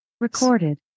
Recorded